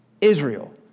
Israel